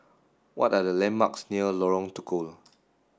what are the landmarks near Lorong Tukol